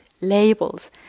labels